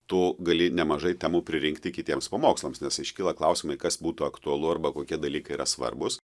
tu gali nemažai temų pririnkti kitiems pamokslams nes iškyla klausimai kas būtų aktualu arba kokie dalykai yra svarbūs